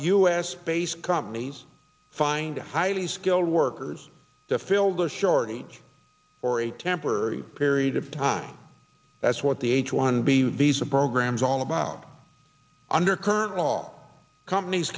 u s based companies find it highly skilled workers to fill the shortie for a temporary period of time that's what the h one b visa programs all about under current law all companies